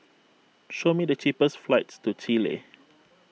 show me the cheapest flights to Chile